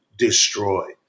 destroyed